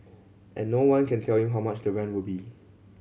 and no one can tell them how much the rent will be